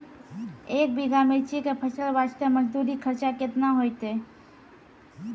एक बीघा मिर्ची के फसल वास्ते मजदूरी खर्चा केतना होइते?